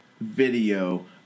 video